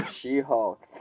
She-Hulk